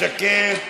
שקט,